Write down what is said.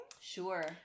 sure